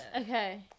Okay